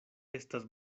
estas